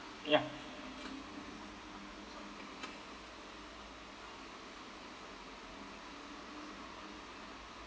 ya